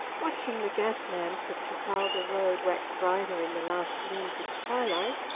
watching the gas lamps of trafalgar road wax brighter in the last glooms of twilight,